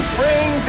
bring